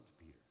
peter